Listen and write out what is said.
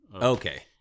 Okay